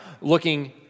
looking